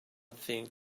think